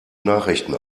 nachrichten